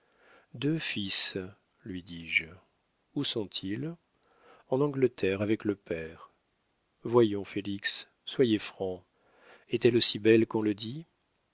deux fils lui dis-je où sont-ils en angleterre avec le père voyons félix soyez franc est-elle aussi belle qu'on le dit